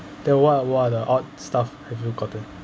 then what what're the odd stuff have you gotten